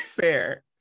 fair